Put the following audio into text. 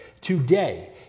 Today